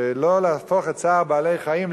שלא להפוך את צער בעלי-חיים,